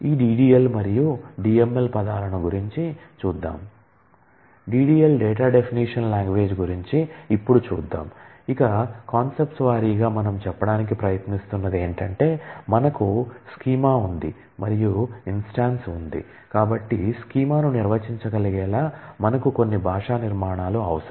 ఈ DDL మరియు DML పదాలను గురించి చూద్దాం